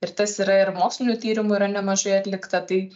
ir tas yra ir mokslinių tyrimų yra nemažai atlikta tai